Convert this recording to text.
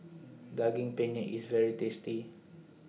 Daging Penyet IS very tasty